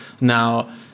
now